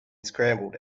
scrambled